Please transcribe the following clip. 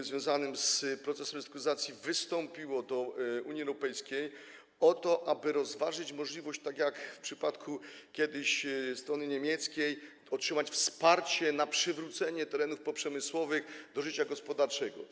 związanym z procesem restrukturyzacji wystąpiło do Unii Europejskiej o to, aby rozważyć możliwość, tak jak kiedyś w przypadku strony niemieckiej, otrzymywania wsparcia na przywrócenie terenów poprzemysłowych do życia gospodarczego.